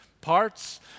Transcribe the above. parts